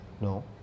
No